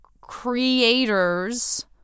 creators